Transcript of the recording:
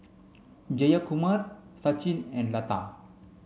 Jayakumar Sachin and Lata